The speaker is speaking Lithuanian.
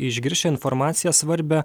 išgirs šią informaciją svarbią